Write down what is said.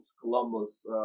Columbus